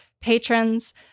patrons